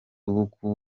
uko